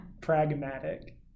Pragmatic